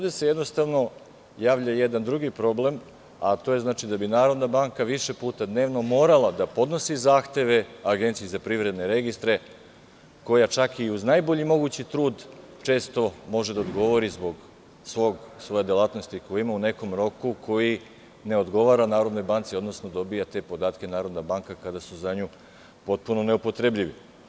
Jednostavno, ovde se javlja jedan drugi problem, koji znači da bi Narodna banka više puta dnevno morala da podnosi zahteve APR, koja čak i uz najbolji mogući trud često može da odgovori zbog svoje delatnosti koju ima u nekom roku koji ne odgovara Narodnoj banci, odnosno dobija te podatke Narodna banka kada su za nju potpuno neupotrebljivi.